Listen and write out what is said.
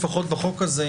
לפחות בחוק הזה,